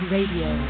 Radio